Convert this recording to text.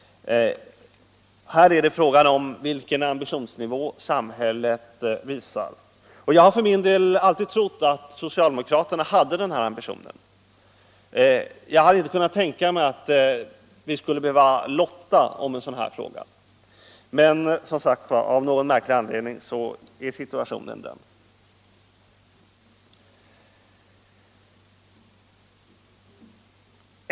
Här är det fråga om vilken ambitionsnivå samhället visar. Jag har för min del alltid trott att socialdemokraterna hade den här ambitionen. Jag hade inte kunnat tänka mig att vi skulle behöva lotta om en sådan fråga. Men, som sagt, av någon märklig anledning är situationen den.